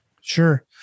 Sure